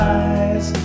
eyes